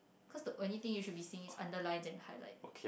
cause the only thing you should be seeing is underlines and highlight